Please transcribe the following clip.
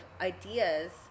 ideas